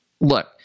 look